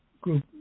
group